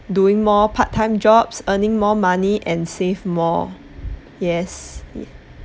doing more part-time job earning more money and save more yes